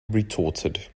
retorted